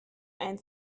ein